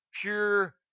pure